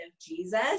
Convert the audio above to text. Jesus